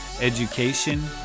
education